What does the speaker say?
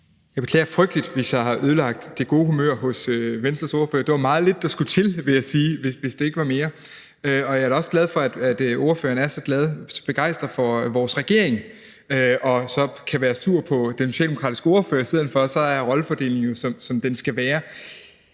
Jeg beklager meget, hvis jeg har ødelagt det gode humør hos Venstres ordfører. Det var meget lidt, der skulle til, vil jeg sige, hvis der ikke skulle mere til. Jeg er da glad for, at ordføreren er så begejstret for vores regering og så kan være sur på den socialdemokratiske ordfører i stedet for, for så er rollefordelingen jo, som den skal være.